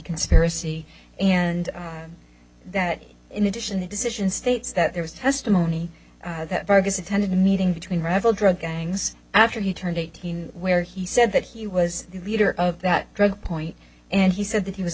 conspiracy and that in addition the decision states that there was testimony that vargas attended a meeting between rival drug gangs after he turned eighteen where he said that he was the leader of that drug point and he said that he was